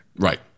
Right